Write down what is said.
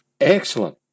Excellent